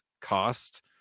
cost